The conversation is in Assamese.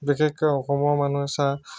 বিশেষকৈ অসমৰ মানুহে চাহ